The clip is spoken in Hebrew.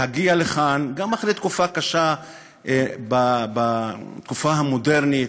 להגיע לכאן, גם אחרי תקופה קשה בתקופה המודרנית,